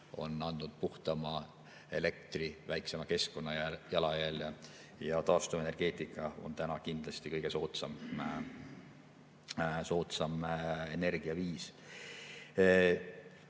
on andnud puhtama elektri, väiksema keskkonnajalajälje. Ja taastuvenergeetika on täna kindlasti kõige soodsam energiaviis.